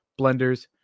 blenders